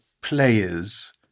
players